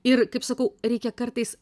ir kaip sakau reikia kartais